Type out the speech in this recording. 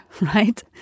right